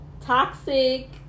Toxic